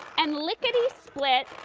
and lickety-split,